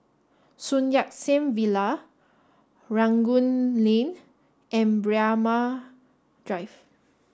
Sun Yat Sen Villa Rangoon Lane and Braemar Drive